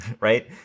right